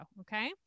okay